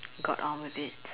got on with it